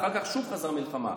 אחר כך שוב חזרה המלחמה.